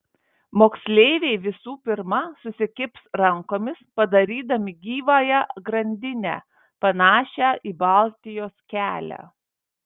moksleiviai visų pirma susikibs rankomis padarydami gyvąją grandinę panašią į baltijos kelią